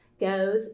goes